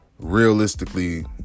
realistically